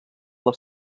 del